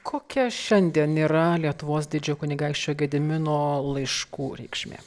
kokia šiandien yra lietuvos didžiojo kunigaikščio gedimino laiškų reikšmė